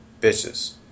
Bitches